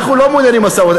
אנחנו לא מעוניינים במשא-ומתן,